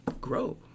grow